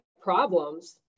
problems